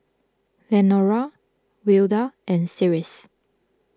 Lenora Wilda and Cyrus